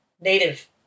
native